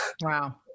Wow